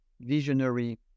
visionary